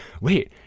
wait